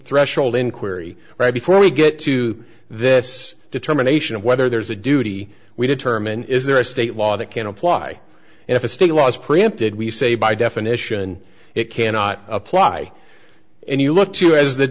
threshold inquiry right before we get to this determination of whether there's a duty we determine is there a state law that can apply and if a state was preempted we say by definition it cannot apply and you look to as